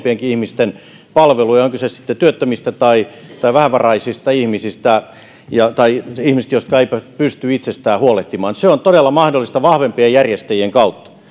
heikoimpienkin ihmisten palveluja on kyse sitten työttömistä tai tai vähävaraisista ihmisistä tai ihmisistä jotka eivät pysty itsestään huolehtimaan se on todella mahdollista vahvempien järjestäjien kautta